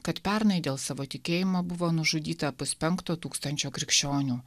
kad pernai dėl savo tikėjimo buvo nužudyta puspenkto tūkstančio krikščionių